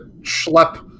schlep